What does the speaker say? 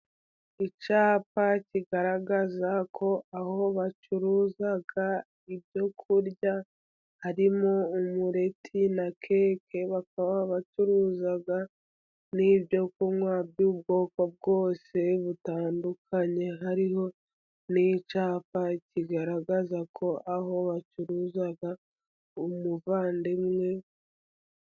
Icyapa kigaragaza ko aho bacuruza ibyo kurya harimo umuleti na keke. Bakaba bacuruza n’ibyo kunywa by’ubwoko bwose butandukanye. Hariho n’icyapa kigaragaza ko aho hacuruza umuvandimwe.